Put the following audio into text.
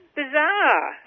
bizarre